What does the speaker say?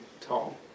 tall